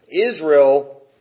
Israel